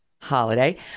holiday